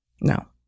no